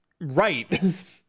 right